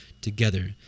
together